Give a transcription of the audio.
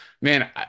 man